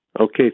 Okay